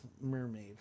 mermaid